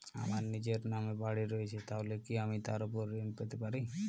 আমার নিজের নামে বাড়ী রয়েছে তাহলে কি আমি তার ওপর ঋণ পেতে পারি?